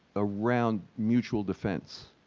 around mutual defense.